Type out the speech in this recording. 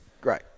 Great